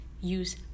use